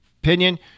opinion